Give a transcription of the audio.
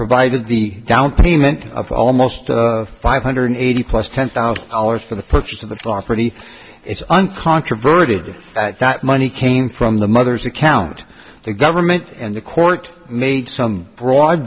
provided the down payment of almost five hundred eighty plus ten thousand dollars for the purchase of the property it's uncontroverted that money came from the mother's account the government and the court made some broad